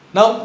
Now